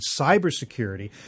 cybersecurity